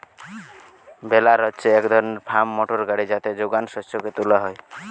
বেলার হচ্ছে এক ধরণের ফার্ম মোটর গাড়ি যাতে যোগান শস্যকে তুলা হয়